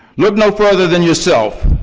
look no further than yourself,